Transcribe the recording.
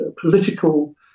political